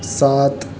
سات